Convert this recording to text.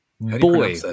boy